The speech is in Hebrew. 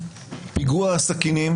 ופיגוע הסכינים